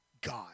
God